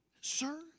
sir